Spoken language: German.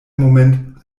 moment